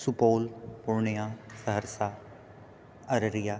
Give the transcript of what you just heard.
Supaul Purnia Saharsa Araria